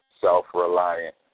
self-reliant